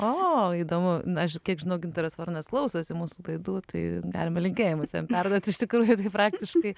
o įdomu na aš kiek žinau gintaras varnas klausosi mūsų laidų tai galime linkėjimus jam perduoti iš tikrųjų tai praktiškai